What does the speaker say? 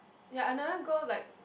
ya another girl like